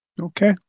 Okay